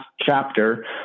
chapter